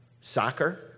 soccer